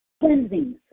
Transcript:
cleansings